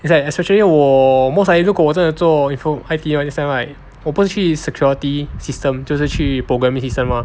is like especially 我 most likely 如果我真的做 info I_T this type right 我不是去 security system 就是去 programming systems mah